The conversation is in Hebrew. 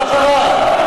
מה קרה?